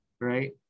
right